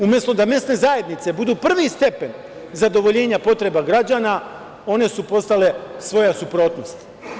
Umesto da mesne zajednice budu prvi stepen zadovoljenja potreba građana, one su postale svoja suprotnost.